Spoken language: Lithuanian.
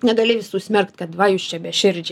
negali visų smerkt kad va jūs čia beširdžiai